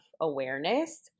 awareness